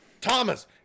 Thomas